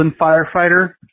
firefighter